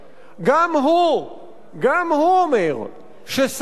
גם הוא אומר שסכנה אורבת בפתח.